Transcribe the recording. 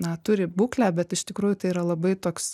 na turi būklę bet iš tikrųjų tai yra labai toks